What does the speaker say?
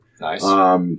Nice